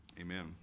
amen